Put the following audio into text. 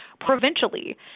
provincially